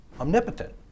omnipotent